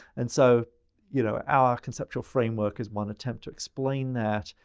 and so you know, our conceptual framework is one attempt to explain that.